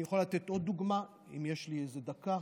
אני יכול לתת עוד דוגמה, אם יש לי איזו דקה.